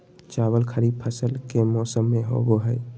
चावल खरीफ फसल के मौसम में होबो हइ